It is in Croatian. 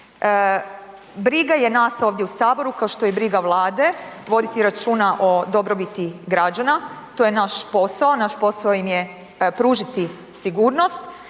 Briga je nas ovdje u Saboru kao što je briga Vlade voditi računa o dobrobiti građana, to je naš posao, naš posao im je pružiti sigurnost